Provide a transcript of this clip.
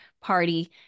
party